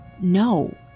no